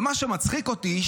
ומה שמצחיק אותי,